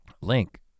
Link